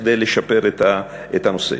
כדי לשפר את הנושא.